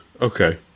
Okay